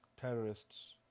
terrorists